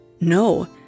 no